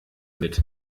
mit